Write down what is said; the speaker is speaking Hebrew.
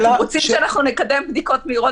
אם אתם רוצים שאנחנו נקדם בדיקות מהירות